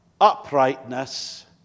uprightness